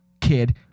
kid